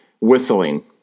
whistling